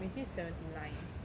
mei qi seventy nine